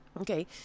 Okay